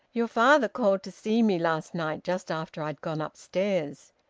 your father called to see me last night just after i'd gone upstairs.